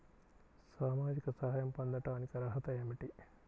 సామాజిక సహాయం పొందటానికి అర్హత ఏమిటి?